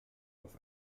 auf